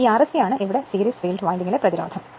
ഈ Rse ആണ് ഇവിടെ സീരീസ് ഫീൽഡ് വൈൻഡിങ്ങിലെ പ്രതിരോധം